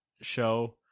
show